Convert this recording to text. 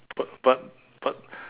b~ but but